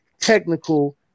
technical